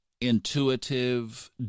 intuitive